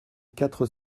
quatre